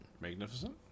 Magnificent